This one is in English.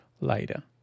later